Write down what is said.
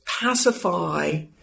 pacify